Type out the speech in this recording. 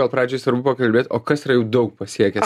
gal pradžiai svarbu pakalbėt o kas yra jau daug pasiekęs